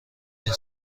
این